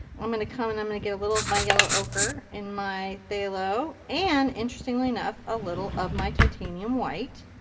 i'm going to come and i'm going to get a little of my yellow ocher and my phthalo and interestingly enough a little of my titanium white.